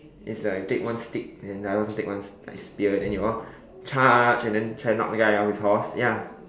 it's like if you take one stick then the other one take one s~ like spear then they all charge and then try to knock the other guy off his horse ya